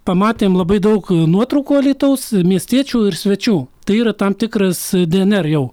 pamatėme labai daug nuotraukų alytaus miestiečių ir svečių tai yra tam tikras dnr jau